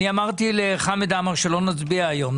אני אמרתי לחמד עמאר שלא נצביע היום,